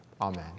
Amen